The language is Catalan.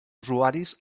usuaris